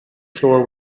floor